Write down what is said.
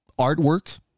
artwork